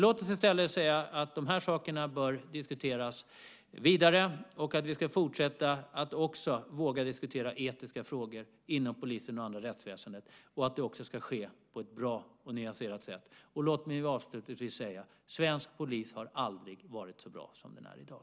Låt oss i stället säga att de här sakerna bör diskuteras vidare, att vi ska fortsätta att också våga diskutera etiska frågor inom polisen och det allmänna rättsväsendet samt att det ska ske på ett bra och nyanserat sätt. Låt mig avslutningsvis säga att svensk polis aldrig har varit så bra som den är i dag.